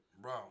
Bro